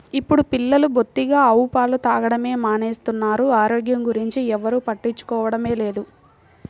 ఇప్పుడు పిల్లలు బొత్తిగా ఆవు పాలు తాగడమే మానేస్తున్నారు, ఆరోగ్యం గురించి ఎవ్వరు పట్టించుకోవడమే లేదు